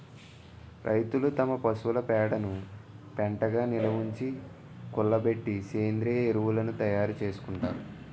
రైతులు తమ పశువుల పేడను పెంటగా నిలవుంచి, కుళ్ళబెట్టి సేంద్రీయ ఎరువును తయారు చేసుకుంటారు